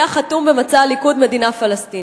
היה חתום במצע הליכוד "מדינה פלסטינית".